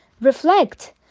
reflect